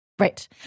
Right